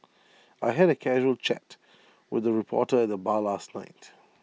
I had A casual chat with A reporter at the bar last night